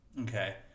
Okay